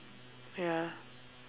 ya